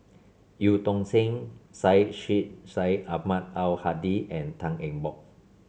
Eu Tong Sen Syed Sheikh Syed Ahmad Al Hadi and Tan Eng Bock